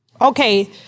Okay